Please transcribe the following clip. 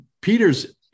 Peter's